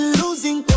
losing